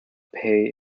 pay